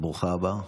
ברוכה הבאה.